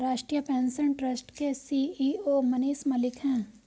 राष्ट्रीय pension trust के CEO Manish Malik है